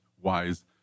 wise